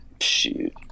Shoot